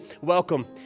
welcome